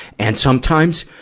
and sometimes,